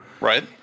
Right